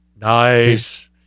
Nice